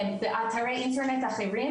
באתרי אינטרנט אחרים,